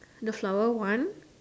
the flower one